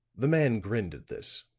the man grinned at this.